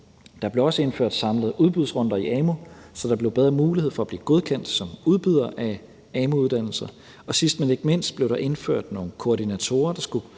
Der blev også indført samlede udbudsrunder til amu, så der blev bedre mulighed for at blive godkendt som udbyder af amu-uddannelser. Sidst, men ikke mindst, blev der indført nogle koordinatorer, der skulle